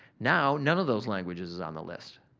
now, none of those languages is on the list.